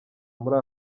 muri